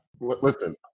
Listen